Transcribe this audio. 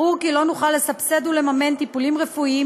ברור כי לא נוכל לסבסד ולממן טיפולים רפואיים